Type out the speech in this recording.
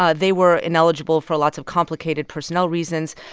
ah they were ineligible for lots of complicated personnel reasons.